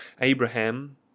Abraham